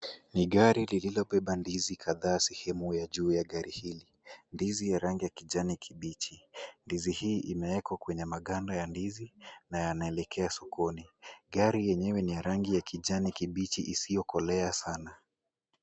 Ni gari lililobeba ndizi kadhaa sehemu juu ya gari hili. Ndizi ya rangi ya kijani kibichi, ndizi hii imewekwa kwenye maganda ya ndizi na yanaelekea sokoni. Gari yenyewe ni ya rangi ya kijani kibichi isiyokolea sana.